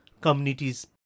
communities